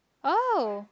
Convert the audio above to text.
oh